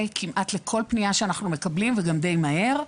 כמעט לכל פנייה שאנחנו מקבלים וגם די מהר,